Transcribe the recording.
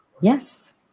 yes